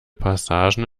passagen